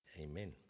amen